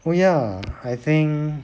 oh ya I think